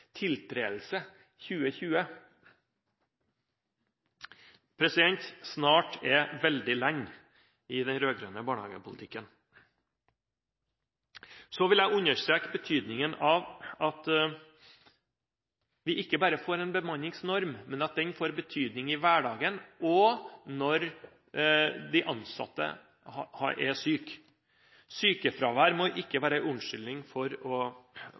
veldig lenge i den rød-grønne barnehagepolitikken. Så vil jeg understreke betydningen av at vi ikke bare får en bemanningsnorm, men at den får en betydning i hverdagen, også når de ansatte er syke. Sykefravær må ikke være en unnskyldning for å